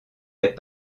des